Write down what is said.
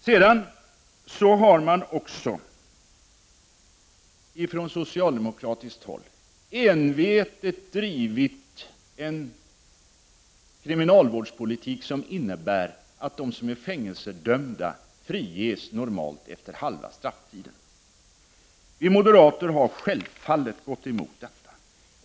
Sedan har man också från socialdemokratiskt håll envetet drivit en kriminalvårdspolitik, som innebär att de som är fängelsedömda normalt friges efter halva strafftiden. Vi moderater har självfallet gått emot detta.